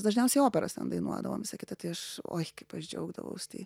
dažniausiai operas ten dainuodavom visa kita tai aš oi kaip aš džiaugdavaus tai